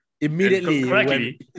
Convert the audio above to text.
immediately